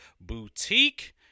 Boutique